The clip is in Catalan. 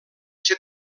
ser